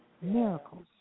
miracles